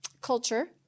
Culture